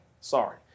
Sorry